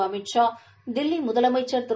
அமித் ஷா தில்லிமுதலமைச்சர் திரு